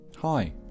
Hi